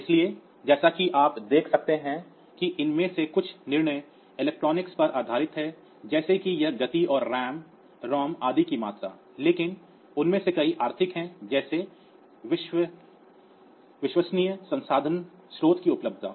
इसलिए जैसा कि आप देख सकते हैं कि इनमें से कुछ निर्णय इलेक्ट्रॉनिक्स पर आधारित हैं जैसे कि यह गति और रोम रैम आदि की मात्रा लेकिन उनमें से कई आर्थिक हैं जैसे विश्वसनीय संसाधन स्रोतों की उपलब्धता